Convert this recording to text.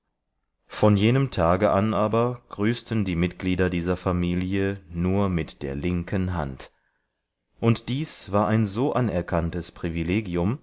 von jenem tage an aber grüßten die mitglieder dieser familie nur mit der linken hand und dies war ein so anerkanntes privilegium